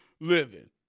living